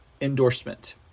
endorsement